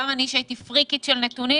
גם אני שהייתי פריקית של נתונים